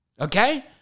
okay